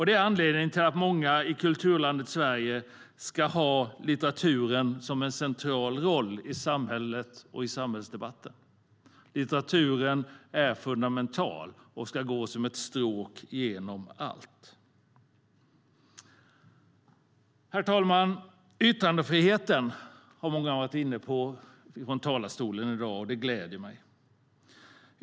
Det är en anledning till att litteraturen i kulturlandet Sverige ska ha en central roll i samhället och samhällsdebatten. Litteraturen är fundamental och ska gå som ett stråk genom allt. Herr talman! Yttrandefriheten har många varit inne på i talarstolen i dag, vilket gläder mig.